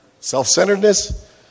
Self-centeredness